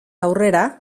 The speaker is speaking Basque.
aurrera